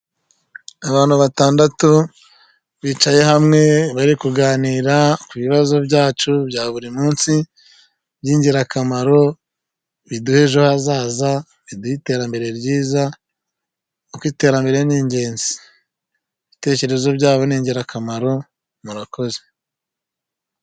Abantu batandatu bicaye hamwe bari kuganira kubibazo byacu bya buri munsi, by'ingirakamaro biduha ejo hazaza, biduha iterambere ryiza kuko iterambere ni ingenzi, ibitekerezo byabo ni ingirakamaro murakoze.